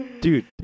dude